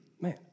Man